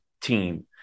team